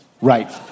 Right